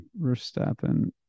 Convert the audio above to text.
Verstappen